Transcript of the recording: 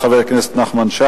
בבקשה, חבר הכנסת נחמן שי.